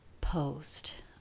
post